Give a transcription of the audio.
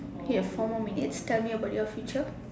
okay four more minutes tell me about your future